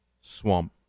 swamp